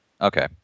Okay